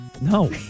No